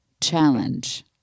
challenge